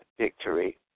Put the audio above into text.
victory